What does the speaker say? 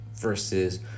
versus